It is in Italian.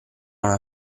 una